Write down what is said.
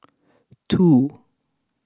two